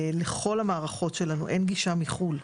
לכל המערכות שלנו אין גישה מחו"ל.